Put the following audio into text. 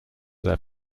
their